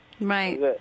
Right